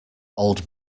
old